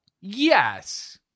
Yes